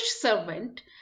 servant